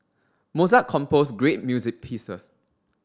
Mozart composed great music pieces